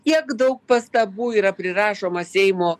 kiek daug pastabų yra prirašoma seimo